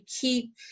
keep